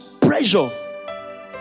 pressure